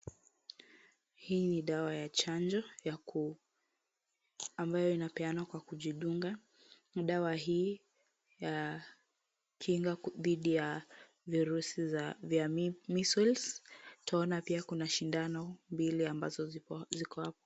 Hili ni dawa ya chanjo ambayo inapeanwa kwa kujidunga, na dawa huu ya kinga dhidi ya virusi vya measles , twaona pia sindano mbili ambazo ziko hapo.